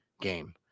game